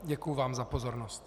Děkuju vám za pozornost.